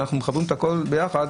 כשאנחנו מחברים את הכול ביחד,